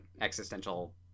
existential